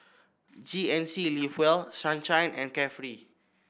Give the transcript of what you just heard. G N C Live Well Sunshine and Carefree